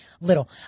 little